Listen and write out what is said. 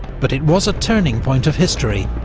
but it was a turning point of history,